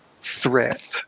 threat